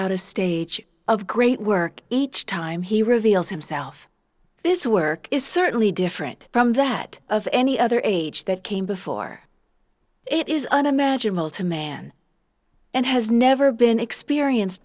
out a stage of great work each time he reveals himself this work is certainly different from that of any other age that came before it is unimaginable to man and has never been experienced